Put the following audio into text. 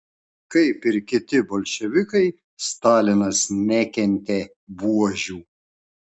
kaip ir kiti bolševikai stalinas nekentė buožių